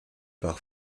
par